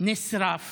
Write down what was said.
נשרף